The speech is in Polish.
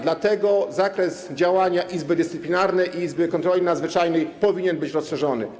Dlatego zakres działania Izby Dyscyplinarnej i izby kontroli nadzwyczajnej powinien być rozszerzony.